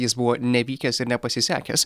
jis buvo nevykęs ir nepasisekęs